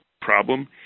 problem